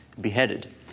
beheaded